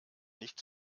nicht